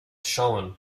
shown